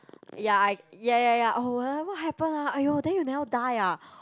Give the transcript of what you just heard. ya ya ya ya oh whatever happen ah aiyo then you never die ah